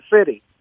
city